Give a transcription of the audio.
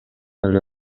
эле